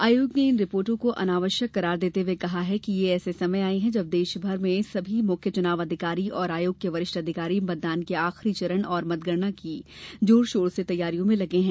आयोग ने इन रिर्पोटों को अनावश्यक करार देते हुए कहा कि ये ऐसे समय आयी है जब देश भर में सभी मुख्य चुनाव अधिकारी और आयोग के वरिष्ठ अधिकारी मतदान के आखिरी चरण और मतगणना की जोर शोर से तैयारियों में लगे है